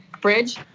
bridge